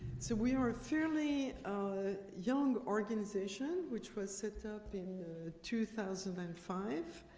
so we are a fairly young organization which was set up in two thousand and five,